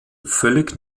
völlig